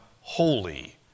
holy